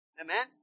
Amen